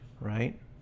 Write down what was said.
Right